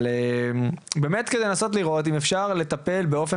אבל באמת כדי לנסות לראות אם אפשר לטפל באופן